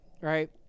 right